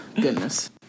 goodness